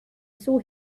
saw